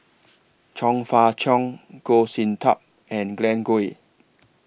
Chong Fah Cheong Goh Sin Tub and Glen Goei